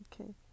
Okay